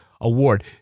award